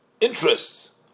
interests